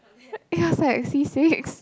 it was like C six